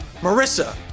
Marissa